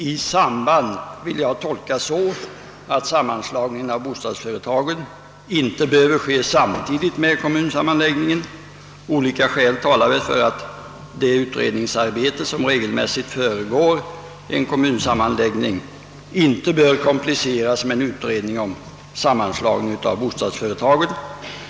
»I samband med» vill jag tolka så, att sammanslagningen av bostadsföretagen inte behöver ske samtidigt med kommunsammanläggningen. Olika skäl talar väl för att det utredningsarbete som regelmässigt föregår en kommunsammanläggning inte bör kompliceras med en utredning om sammanslagning av bostadsföretagen.